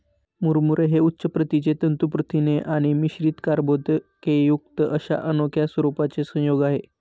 मुरमुरे हे उच्च प्रतीचे तंतू प्रथिने आणि मिश्रित कर्बोदकेयुक्त अशा अनोख्या स्वरूपाचे संयोग आहे